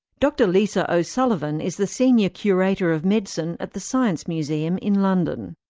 dr lisa o'sullivan is the senior curator of medicine at the science museum in london.